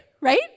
right